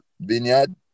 vineyard